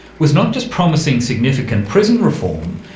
was not just promising significant prison reform,